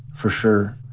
for sure.